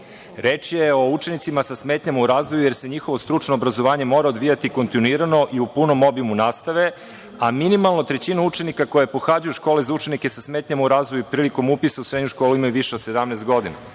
Reč je o učenicima sa smetnjama u razvoju, jer se njihovo stručno obrazovanje mora odvijati kontinuirano i u punom obimu nastave, a minimalna trećina učenika koji pohađaju škole za učenike sa smetnjama u razvoju prilikom upisa u srednje škole, imaju više od 17 godina. Svedoci